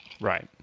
Right